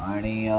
आणि